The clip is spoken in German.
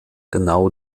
genau